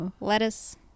lettuce